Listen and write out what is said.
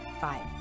Five